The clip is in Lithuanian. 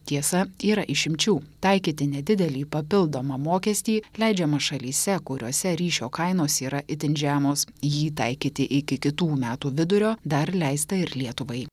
tiesa yra išimčių taikyti nedidelį papildomą mokestį leidžiama šalyse kuriose ryšio kainos yra itin žemos jį taikyti iki kitų metų vidurio dar leista ir lietuvai